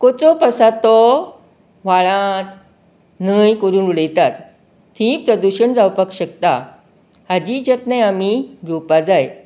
कोचोप आसा तो व्हाळांत न्हंय व्हरून उडयतात थंय प्रदुशण जावपाक शकता हाचीय जतनाय आमी घेवपा जाय